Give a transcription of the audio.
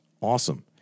awesome